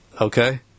Okay